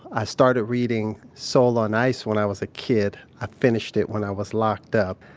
i started reading soul on ice when i was a kid. i finished it when i was locked up.